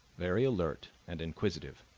very alert and inquisitive.